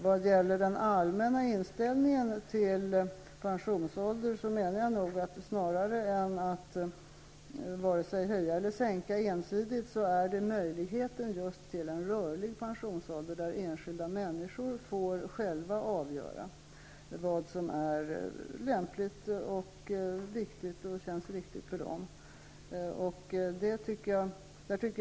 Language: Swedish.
När det gäller den allmänna inställningen till pensionsåldern är det just möjligheten till en rörlig pensionsålder där enskilda människor själva får avgöra vad som är lämpligt och vad som känns viktigt och riktigt för dem, snarare än att ensidigt höja eller sänka den, som är viktig.